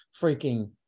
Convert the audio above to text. freaking